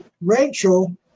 Rachel